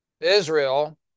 Israel